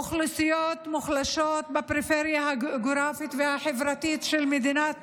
אוכלוסיות מוחלשות בפריפריה הגיאוגרפית והחברתית של מדינת